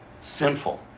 sinful